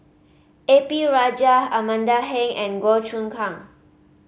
A P Rajah Amanda Heng and Goh Choon Kang